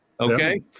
okay